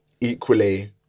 equally